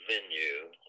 venue